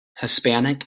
hispanic